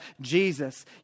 Jesus